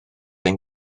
ein